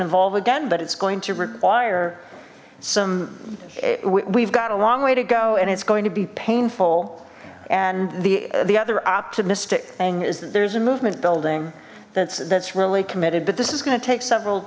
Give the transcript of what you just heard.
evolve again but it's going to require some we've got a long way to go and it's going to be painful and the the other optimistic thing is that there's a movement building that's that's really committed but this is going to take several